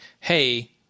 hey